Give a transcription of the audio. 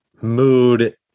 mood